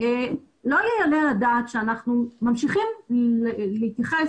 לא יעלה על הדעת שאנחנו ממשיכים להתייחס